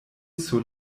sur